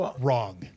wrong